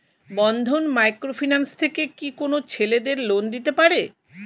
বন্ধন micro finance থেকে কি কোন ছেলেদের লোন দিতে পারে?